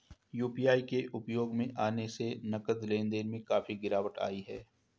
UPI के उपयोग में आने से नगद लेन देन में काफी गिरावट आई हैं